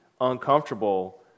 uncomfortable